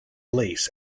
lace